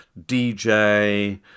DJ